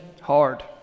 hard